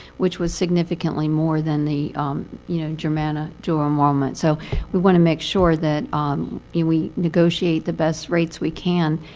which was significantly more than the you know germanna duel enrollment. so we want to make sure that we negotiate the best rates we can,